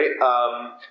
right